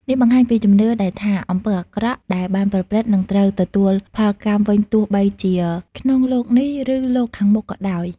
នេះបង្ហាញពីជំនឿដែលថាអំពើអាក្រក់ដែលបានប្រព្រឹត្ត នឹងត្រូវទទួលផលកម្មវិញទោះបីជាក្នុងលោកនេះ ឬលោកខាងមុខក៏ដោយ។